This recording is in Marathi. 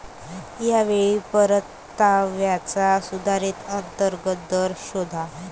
या वेळी परताव्याचा सुधारित अंतर्गत दर शोधा